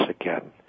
again